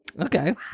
Okay